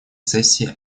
сессии